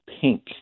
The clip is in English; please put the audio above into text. pink